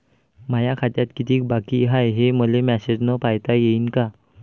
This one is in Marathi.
माया खात्यात कितीक बाकी हाय, हे मले मेसेजन पायता येईन का?